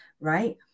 right